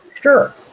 Sure